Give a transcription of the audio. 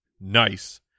nice